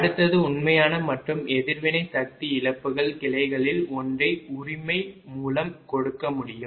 அடுத்தது உண்மையான மற்றும் எதிர்வினை சக்தி இழப்புகள் கிளைகளில் ஒன்றை உரிமை மூலம் கொடுக்க முடியும்